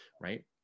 Right